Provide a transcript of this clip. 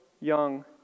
young